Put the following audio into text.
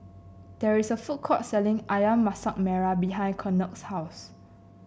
there is a food court selling ayam Masak Merah behind Kennard's house